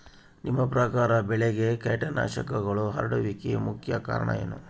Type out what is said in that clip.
ನಿಮ್ಮ ಪ್ರಕಾರ ಬೆಳೆಗೆ ಕೇಟನಾಶಕಗಳು ಹರಡುವಿಕೆಗೆ ಮುಖ್ಯ ಕಾರಣ ಏನು?